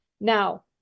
Now